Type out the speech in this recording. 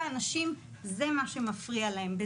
זה מה שמפריע לרוב האנשים,